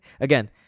Again